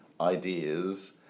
ideas